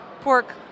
pork